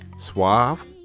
suave